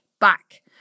back